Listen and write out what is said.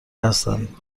هستند